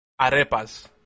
Arepas